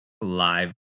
live